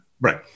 Right